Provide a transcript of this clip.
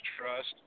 trust